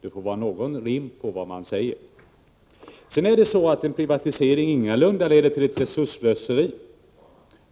Det får vara rim och reson i vad man säger. Privatisering leder ingalunda till resursslöseri.